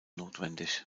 notwendig